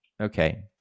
Okay